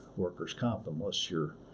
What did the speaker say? workers' comp, unless you're,